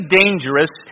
dangerous